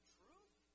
truth